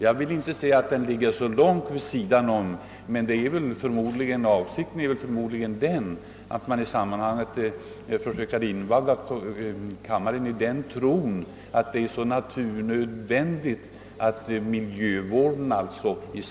Jag vill inte påstå att den ligger så mycket vid sidan av saken, men avsikten är förmodligen att man vill försöka invagga kammarledamöterna i den tron, att det är så naturnödvändigt att inrangera miljövården.